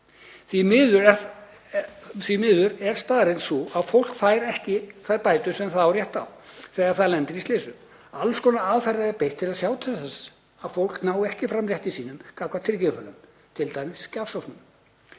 Því miður er staðreyndin sú að fólk fær ekki þær bætur sem það á rétt á þegar það lendir í slysum. Alls konar aðferðum er beitt til að sjá til þess að fólk nái ekki fram rétti sínum gagnvart tryggingafélögunum, t.d. gjafsóknum.